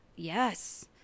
Yes